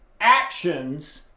actions